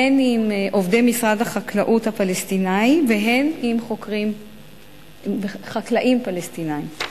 הן עם עובדי משרד החקלאות הפלסטיני והן עם חקלאים פלסטינים.